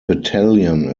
battalion